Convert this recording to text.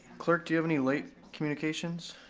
clerk, do you have any late communications?